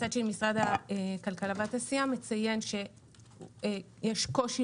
מצד שני משרד הכלכלה והתעשייה מציין שיש קושי